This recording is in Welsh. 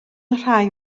rhai